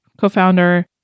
co-founder